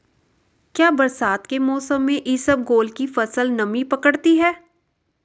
क्या बरसात के मौसम में इसबगोल की फसल नमी पकड़ती है?